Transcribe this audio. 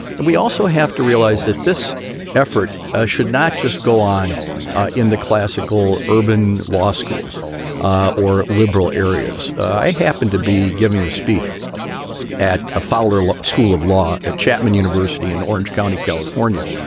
and we also have to realize that this effort ah should not just go on in the classical urban law schools or liberal areas. i happened to be giving a speech at a fowler school of law at chapman university in orange county, california,